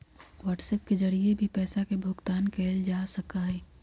WhatsApp के जरिए भी पैसा के भुगतान कइल जा सका हई